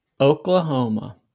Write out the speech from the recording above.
Oklahoma